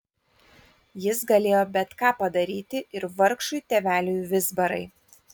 jis galėjo bet ką padaryti ir vargšui tėveliui vizbarai